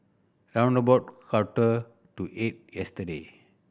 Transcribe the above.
round about quarter to eight yesterday